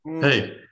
Hey